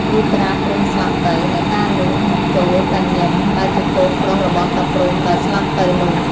លុះតាព្រំុស្លាប់ទៅ អ្នកតានោះមកចូលតាញឹមដែលជាកូនប្រុសរបស់តាព្រំុដែលស្លាប់ទៅនោះ។